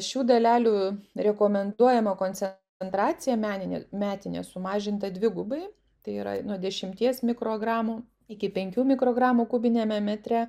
šių dalelių rekomenduojama koncentracija meninė metinė sumažinta dvigubai tai yra nuo dešimties mikrogramų iki penkių mikrogramų kubiniame metre